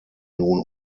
nun